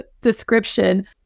description